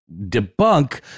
debunk